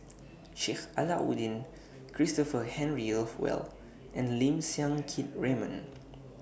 Sheik Alau'ddin Christopher Henry Rothwell and Lim Siang Keat Raymond